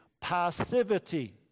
passivity